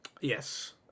Yes